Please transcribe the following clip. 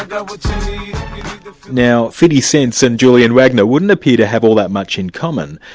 ah now fiddy cents and julian wagner wouldn't appear to have all that much in common,